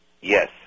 Yes